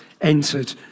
entered